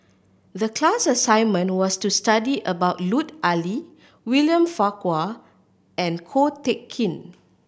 the class assignment was to study about Lut Ali William Farquhar and Ko Teck Kin